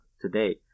today